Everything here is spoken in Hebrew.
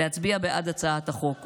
להצביע בעד הצעת החוק,